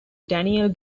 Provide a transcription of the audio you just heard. daniel